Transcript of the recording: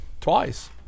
Twice